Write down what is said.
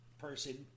person